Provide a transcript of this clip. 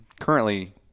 currently